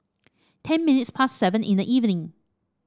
ten minutes past seven in the evening